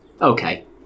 okay